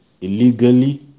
illegally